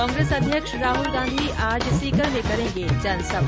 कांग्रेस अध्यक्ष राहुल गांधी आज सीकर में करेंगे जनसभा